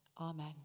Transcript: Amen